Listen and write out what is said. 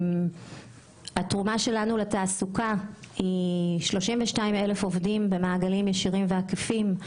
התרומה שלנו לתעסוקה היא 32,000 עובדים במעגלים קרובים ורחוקים.